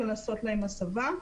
ולעשות להם הסבה.